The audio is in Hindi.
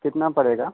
कितना पड़ेगा